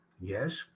Yes